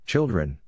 Children